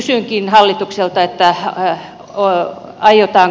kysynkin hallitukselta että hän ei ole aiotaan